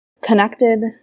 Connected